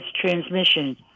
transmission